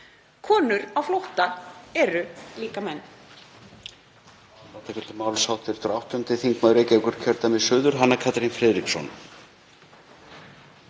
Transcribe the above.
Konur á flótta eru líka menn.